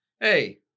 Hey